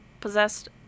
possessed